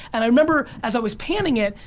and i remember as i was panning it,